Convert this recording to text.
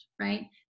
right